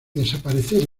desaparecer